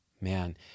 man